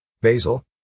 basil